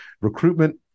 recruitment